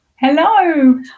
Hello